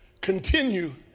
continue